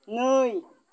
नै